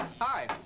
hi